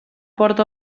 porta